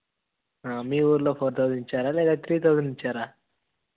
మీ ఊరిలో four thousand ఇచ్చారా లేదా త్రీ థౌసండ్ ఇచ్చారా